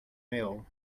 meal